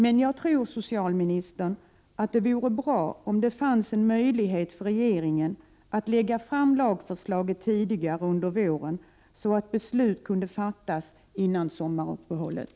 Men det vore nog bra, socialministern, om det fanns en möjlighet för regeringen att lägga fram lagförslaget tidigare under våren, så att beslut kan fattas före sommaruppehållet.